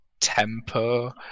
tempo